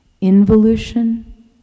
involution